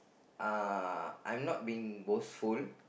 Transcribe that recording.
uh I'm not being boastful